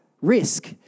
risk